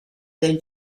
del